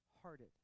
hearted